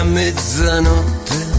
mezzanotte